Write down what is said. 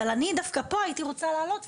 אני דווקא פה רוצה להעלות,